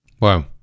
Wow